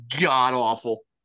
god-awful